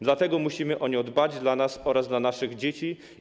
Dlatego musimy o niego dbać dla nas oraz dla naszych dzieci.